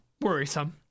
worrisome